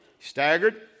Staggered